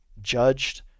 judged